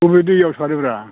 बबे दैआव सारोब्रा